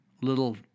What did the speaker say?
little